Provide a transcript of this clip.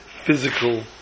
physical